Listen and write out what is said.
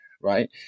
Right